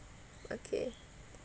okay